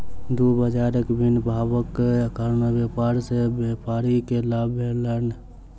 दू बजारक भिन्न भावक कारणेँ व्यापार सॅ व्यापारी के लाभ भेलैन